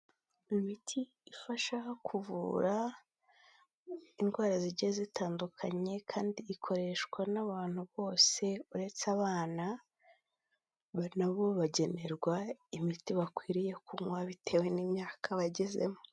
Imiti ifasha kuvura indwara zigiye zitandukanye kandi ikoreshwa n'abantu bose uretse abana, na bo bagenerwa imiti bakwiriye kunywa bitewe n'imyaka bagezemo.